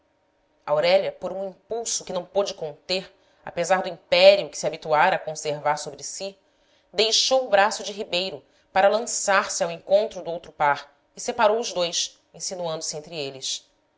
aurélia por um impulso que não pôde conter apesar do império que se habituara a conservar sobre si deixou o braço de ribeiro para lançar-se ao encontro do outro par e separou os dois insinuandose entre eles